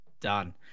Done